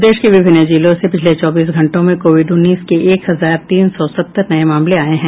प्रदेश के विभिन्न जिलों से पिछले चौबीस घंटों में कोविड उन्नीस के एक हजार तीन सौ सत्तर नये मामले सामने आये हैं